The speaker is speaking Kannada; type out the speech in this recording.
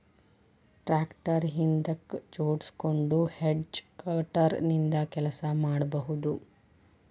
ಟ್ರ್ಯಾಕ್ಟರ್ ಹಿಂದಕ್ ಜೋಡ್ಸ್ಕೊಂಡು ಹೆಡ್ಜ್ ಕಟರ್ ನಿಂದ ಕೆಲಸ ಮಾಡ್ಬಹುದು